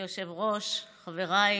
אדוני היושב-ראש, חבריי,